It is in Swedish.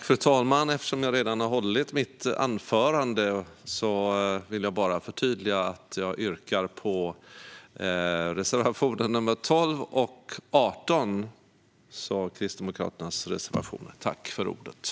Fru talman! Eftersom jag redan har hållit mitt anförande vill jag bara förtydliga att jag yrkar bifall till Kristdemokraternas reservationer nr 12 och 18.